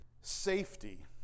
safety